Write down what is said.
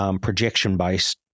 projection-based